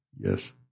Yes